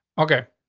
okay,